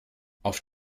auf